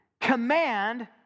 command